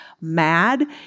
mad